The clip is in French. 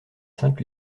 sainte